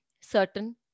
certain